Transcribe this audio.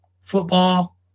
football